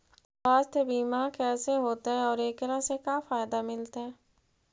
सवासथ बिमा कैसे होतै, और एकरा से का फायदा मिलतै?